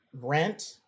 rent